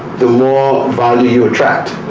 the more value you attract.